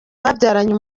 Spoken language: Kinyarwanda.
babyaranye